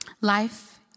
life